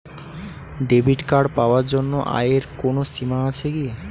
Debit card পাওয়ার জন্য আয়ের কোনো সীমা আছে কি?